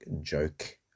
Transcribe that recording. joke